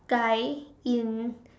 guy in